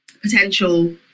potential